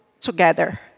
together